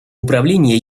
управления